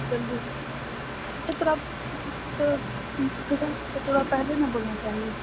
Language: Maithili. जल्दी अच्छा तोरा तऽ तोरा पहिले ने बोलना चाही